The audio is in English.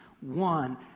one